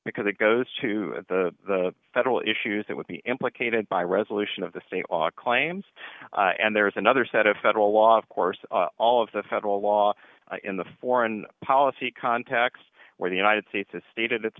because it goes to the federal issues that would be implicated by resolution of the state ought claims and there is another set of federal law of course all of the federal law in the foreign policy context where the united states has stated its